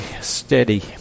steady